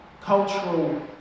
cultural